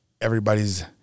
everybody's